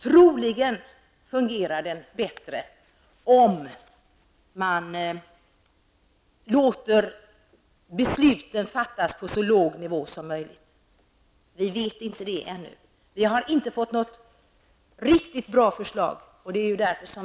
Troligen fungerar den bättre, om man låter besluten fattas på så låg nivå som möjligt. Det vet vi ännu inte. Vi har inte fått något riktigt bra förslag.